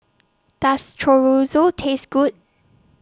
Does Chorizo Taste Good